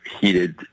heated